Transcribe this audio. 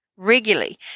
regularly